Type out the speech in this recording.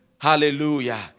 Hallelujah